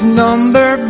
number